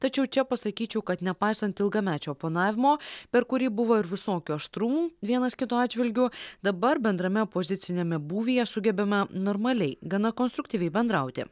tačiau čia pasakyčiau kad nepaisant ilgamečio oponavimo per kurį buvo ir visokių aštrumų vienas kito atžvilgiu dabar bendrame poziciniame būvyje sugebame normaliai gana konstruktyviai bendrauti